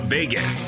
Vegas